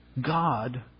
God